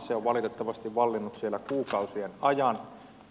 se on valitettavasti vallinnut siellä kuukausien ajan